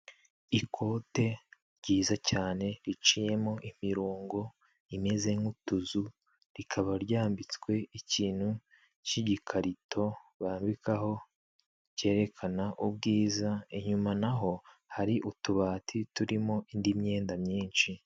Ikote ryiza cyane riciyemo imirongo imeze nk'utuzu rikaba ryambitswe ikintu cy'igikarito bambikaho cyerekana ubwiza, inyuma naho hari utubati turimo indi myenda myinshi.